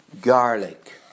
garlic